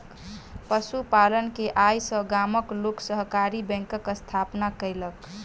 पशु पालन के आय सॅ गामक लोक सहकारी बैंकक स्थापना केलक